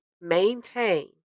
maintain